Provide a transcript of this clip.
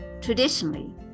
Traditionally